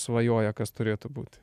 svajoja kas turėtų būti